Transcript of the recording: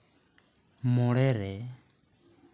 ᱢᱚᱬᱮ ᱨᱮ